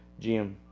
GM